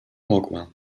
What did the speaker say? mogła